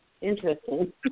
Interesting